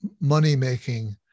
money-making